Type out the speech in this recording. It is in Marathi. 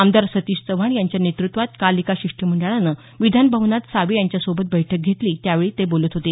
आमदार सतीश चव्हाण यांच्या नेतृत्वात काल एका शिष्टमंडळानं विधान भवनात सावे यांच्यासोबत बैठक घेतली त्यावेळी सावे बोलत होते